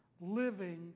living